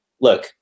look